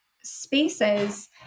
spaces